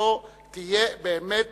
באמת